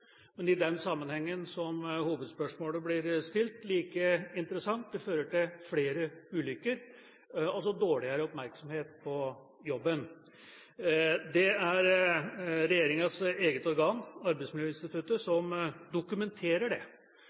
Men i den sammenhengen hovedspørsmålet blir stilt, er det like interessant at det fører til flere ulykker og dårligere oppmerksomhet på jobben. Det er regjeringas eget organ, Arbeidsmiljøinstituttet, som dokumenterer